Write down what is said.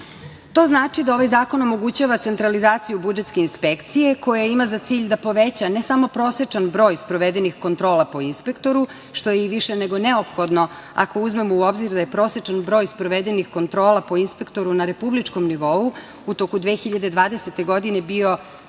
znači da ovaj zakon omogućava centralizaciju budžetske inspekcije koja ima za cilj da poveća ne samo prosečan broj sprovedenih kontrola po inspektoru, što je i više nego neophodno ako uzmemo u obzir da je prosečan broj sprovedenih kontrola po inspektoru na republičkom nivou u toku 2020. godine bio